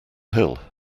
hill